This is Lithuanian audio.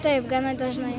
taip gana dažnai